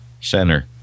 Center